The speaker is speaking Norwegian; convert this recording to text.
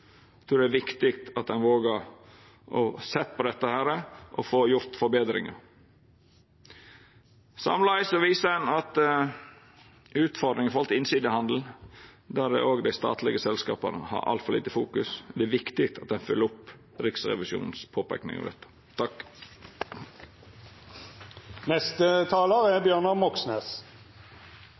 Eg trur det er viktig at ein vågar å sjå på dette og får gjort forbetringar. Sameleis viser ein at det er ei utfordring i forhold til innsidehandel, der òg dei statlege selskapa har altfor lite fokus. Det er viktig at ein følgjer opp Riksrevisjonens påpeikingar av dette. Forskjellene i Norge øker, og det er